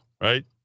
Right